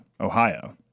Ohio